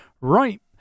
Right